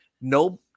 no